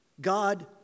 God